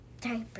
diaper